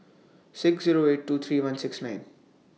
six Zero eight two three one six nine